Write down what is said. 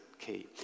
key